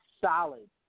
solid